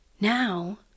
now